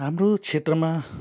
हाम्रो क्षेत्रमा